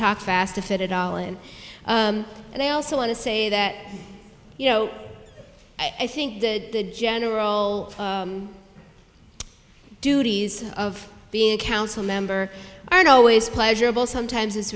talk fast to fit it all in and i also want to say that you know i think the general duties of being a council member aren't always pleasurable sometimes it's